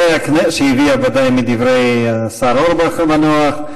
שהביאה, ודאי, מדברי השר אורבך המנוח.